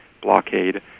blockade